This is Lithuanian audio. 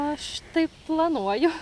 aš taip planuoju